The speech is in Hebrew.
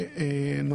בסעיף הבא,